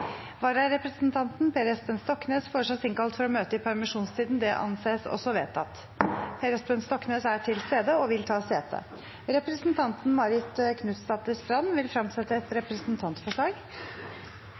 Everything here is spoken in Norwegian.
Vararepresentanten, Per Espen Stoknes , innkalles for å møte i permisjonstiden. Per Espen Stoknes er til stede og vil ta sete. Representanten Marit Knutsdatter Strand vil fremsette et